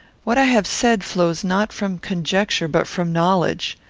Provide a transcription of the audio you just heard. what i have said flows not from conjecture, but from knowledge.